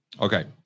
Okay